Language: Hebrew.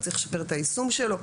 וצריך לשפר את היישום שלו.